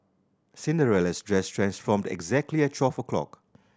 Cinderella's dress transformed exactly at twelve o'clock